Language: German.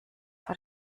vor